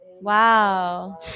Wow